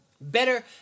better